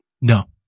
no